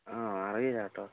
ആ അറിയില്ല കേട്ടോ